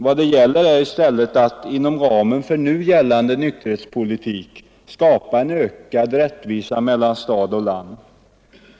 Vad det hä är fråga om är i stället att inom ramen för nu gällande nykterhetspolitik åstadkomma större rättvisa mellan stad och land.